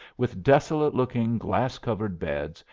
with desolate-looking glass-covered beds,